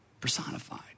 personified